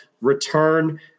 return